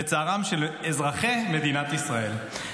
לצערם של אזרחי מדינת ישראל.